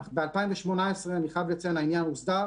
אך ב-2018, אני חייב לציין, העניין הוסדר.